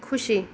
खुसी